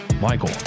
Michael